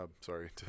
Sorry